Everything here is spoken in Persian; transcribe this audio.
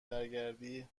برگردی